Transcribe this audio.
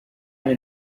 eine